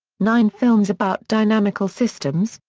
nine films about dynamical systems,